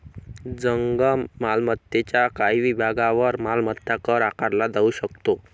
जंगम मालमत्तेच्या काही विभागांवर मालमत्ता कर आकारला जाऊ शकतो